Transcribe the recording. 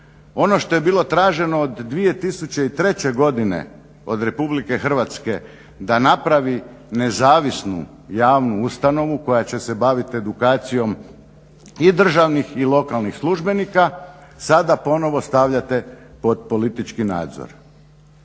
ono što je bilo traženo od 2003. godine od Republike Hrvatske da napravi nezavisnu javnu ustanovu koja će se baviti edukacijom i državnih i lokalnih službenika sada ponovo stavljate pod politički nadzor.